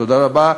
תודה רבה.